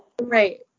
Right